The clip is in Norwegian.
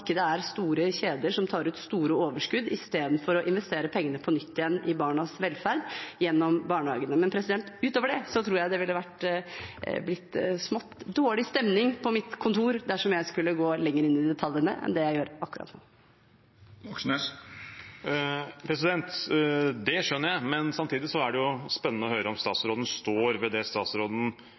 det er store kjeder som tar ut store overskudd istedenfor å investere pengene på nytt igjen i barnas velferd, gjennom barnehagene. Men utover det tror jeg det ville blitt dårlig stemning på mitt kontor dersom jeg skulle gå lenger inn i detaljene enn det jeg gjør akkurat nå. Det skjønner jeg, men samtidig er det spennende å høre om statsråden står ved det